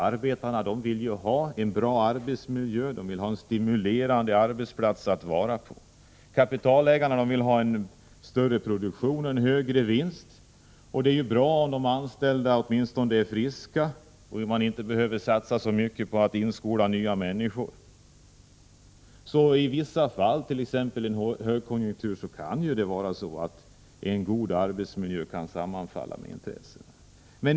Arbetarna vill ju ha en god arbetsmiljö, en stimulerande arbetsplats att vara på. Kapitalägarna vill ha en större produktion och en högre vinst, och då är det bra om de anställda åtminstone är friska så att man inte behöver satsa så mycket på att inskola nya människor. I vissa fall, t.ex. i en högkonjunktur, kan alltså en god arbetsmiljö vara ett sammanfallande intresse.